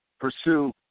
pursue